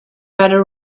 better